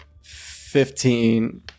Fifteen